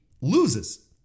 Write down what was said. loses